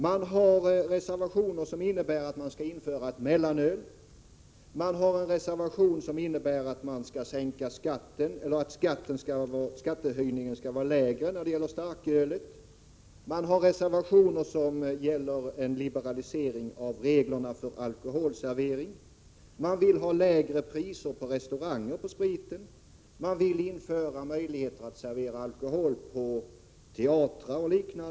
Man har i reservationer föreslagit införande av mellanöl. I en reservation föreslås att skattehöjningen för starköl skall vara lägre, och i andra reservationer föreslår man en liberalisering av reglerna för alkoholservering. Moderaterna vill vidare ha lägre spritpriser på restauranger, och de vill att det skall ges möjligheter att servera alkohol på teatrar m.m.